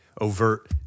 overt